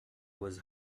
was